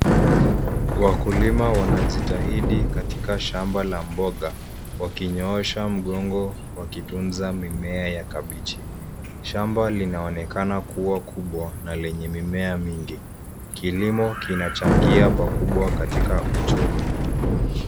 Wakulima wanajitahidi katika shamba la mboga, wakinyoosha mgongo wakitunza mimea ya kabichi. Shamba linaonekana kuwa kubwa na lenye mimea mingi. Kilimo kinachangia pakubwa katika uchumi.